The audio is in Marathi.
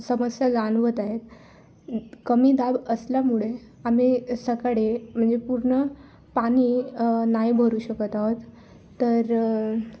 समस्या जाणवत आहेत कमी दाब असल्यामुळे आम्ही सकाळी म्हणजे पूर्ण पाणी नाही भरू शकत आहोत तर